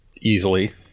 Easily